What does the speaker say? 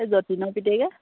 এই যতীনৰ পিতেকে